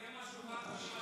אם אתה סוגר משהו,